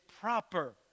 proper